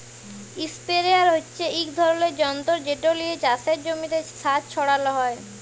ইসপেরেয়ার হচ্যে এক ধরলের যন্তর যেট লিয়ে চাসের জমিতে সার ছড়ালো হয়